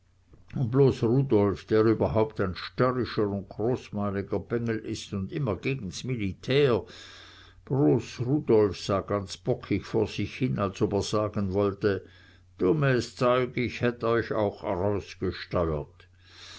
bloß rudolf der überhaupt ein störrischer und großmäuliger bengel is und immer gegen s militär bloß rudolf sah ganz bockig vor sich hin als ob er sagen wollte dummes zeug ich hätt euch auch rausgesteuert